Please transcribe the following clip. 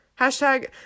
Hashtag